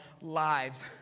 lives